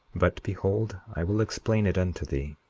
but behold, i will explain it unto thee.